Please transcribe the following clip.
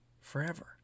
forever